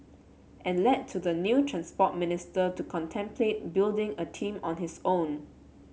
and led to the new Transport Minister to contemplate building a team on his own